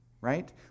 right